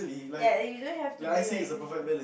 ya you don't have to be like this